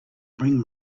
bring